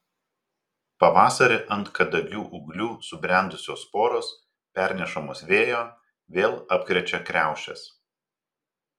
pavasarį ant kadagių ūglių subrendusios sporos pernešamos vėjo vėl apkrečia kriaušes